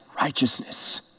righteousness